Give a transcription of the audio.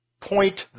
point